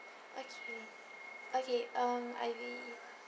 okay okay um I will